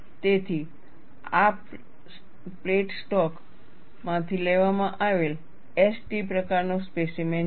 તેથી આ plate stock માંથી લેવામાં આવેલ S T પ્રકારનો સ્પેસીમેન છે